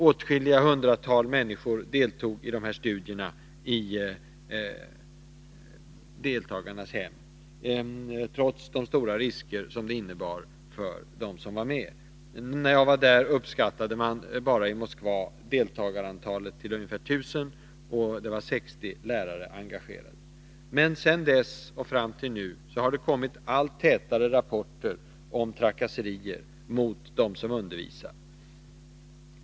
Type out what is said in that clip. Åtskilliga hundratal människor deltog i dessa studier i deltagarnas hem, trots de stora risker som det innebar för dem som var med. När jag var där uppskattade man att deltagarantalet bara i Moskva var omkring 1 000, och det var 60 lärare engagerade. Men sedan dess och fram till nu har det kommit allt tätare rapporter om trakasserier mot dem som undervisar.